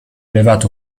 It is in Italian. elevato